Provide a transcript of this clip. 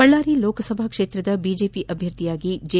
ಬಳ್ಳಾರಿ ಲೋಕಸಭಾ ಕ್ಷೇತ್ರದ ಬಿಜೆಪಿ ಅಭ್ಯರ್ಥಿಯಾಗಿ ಜೆ